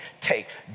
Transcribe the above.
take